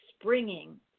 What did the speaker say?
springing